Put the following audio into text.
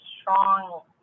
strong